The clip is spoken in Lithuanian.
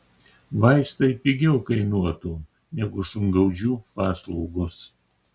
vaistai pigiau kainuotų negu šungaudžių paslaugos